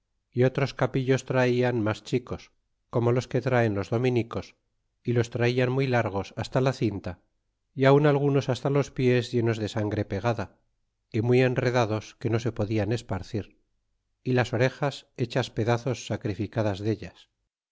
y otros capillos traian mas chicos como los que traen los dominicos y los traian muy largos hasta la cinta y aun algunos hasta los pies llenos de sangre pegada y muy enredados que no se podian esparcir y las orejas hechas pedazos sacrificadas dellas